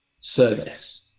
service